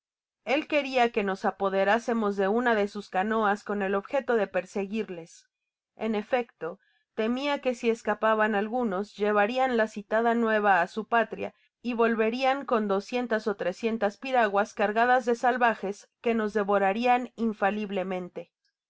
el queria que nos apoderásemos de una de sus canoas con el objeto de perseguirles en efecto temia que si escapaban algunos llevarian la citada nueva á su patria y volverian con doscientas ó trescientas piraguas cargad as de salvajes que nos devorarian infaliblemente